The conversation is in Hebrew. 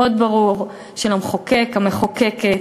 בו מסר מאוד ברור של המחוקק, המחוקקת: